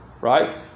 right